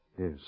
Yes